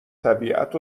طبیعت